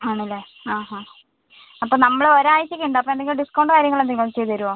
ആണല്ലേ ആ ആ അപ്പം നമ്മൾ ഒരാഴ്ച ഒക്കെ ഉണ്ട് അപ്പം എന്തെങ്കിലും ഡിസ്കൗണ്ട് കാര്യങ്ങൾ എന്തെങ്കിലും ചെയ്തുതരുമോ